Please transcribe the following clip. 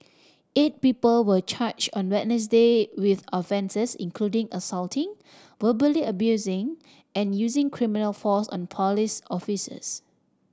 eight people were charged on Wednesday with offences including assaulting verbally abusing and using criminal force on police officers